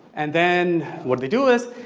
and then, what they do is,